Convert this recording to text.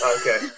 Okay